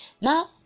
Now